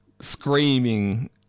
screaming